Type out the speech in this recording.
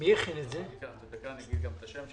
שאגיד את השם שלה: